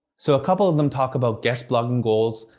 so a couple of them talk about guest blogging goals,